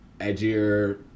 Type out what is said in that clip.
edgier